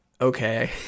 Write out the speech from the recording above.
Okay